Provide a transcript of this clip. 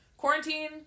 Quarantine